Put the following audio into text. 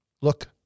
look